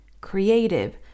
creative